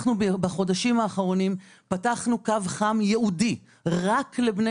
בחודשים האחרונים פתחנו קו חם ייעודי רק לבני